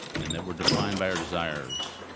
and that we're defined by our desires.